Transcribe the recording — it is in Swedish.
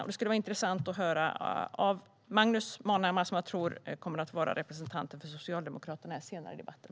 Det skulle vara intressant att höra om detta av Magnus Manhammar, som jag tror kommer att vara representanten för Socialdemokraterna senare i debatten.